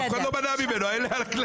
אף אחד לא מנע ממנו, אלה הכללים.